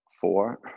four